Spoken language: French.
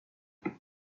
elle